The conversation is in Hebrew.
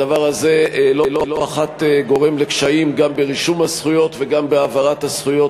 הדבר הזה לא אחת גורם לקשיים גם ברישום הזכויות וגם בהעברת הזכויות,